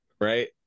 right